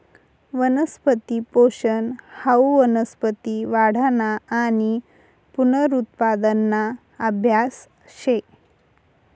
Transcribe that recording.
वनस्पती पोषन हाऊ वनस्पती वाढना आणि पुनरुत्पादना आभ्यास शे